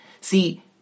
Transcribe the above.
See